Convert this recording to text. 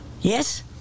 Yes